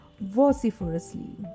vociferously